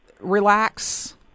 relax